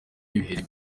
ibiheri